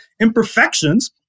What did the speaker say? imperfections